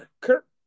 Kirk